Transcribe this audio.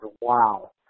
wow